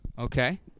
Okay